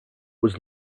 was